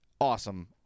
awesome